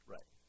Right